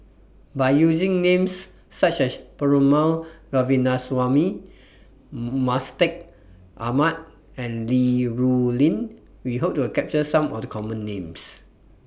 By using Names such as Perumal Govindaswamy Mustaq Ahmad and Li Rulin We Hope to capture Some of The Common Names